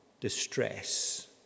distress